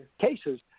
cases